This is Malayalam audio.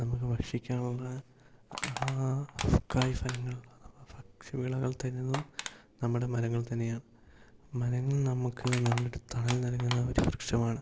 നമുക്ക് ഭക്ഷിക്കാനുള്ള കായ് ഫലങ്ങൾ ഭക്ഷ്യവിളകൾ തരുന്നതും നമ്മുടെ മരങ്ങൾ തന്നെയാണ് മരങ്ങൾ നമുക്ക് നല്ലൊരു തണൽ നൽകുന്ന ഒരു വൃക്ഷമാണ്